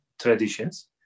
traditions